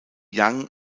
yang